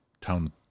town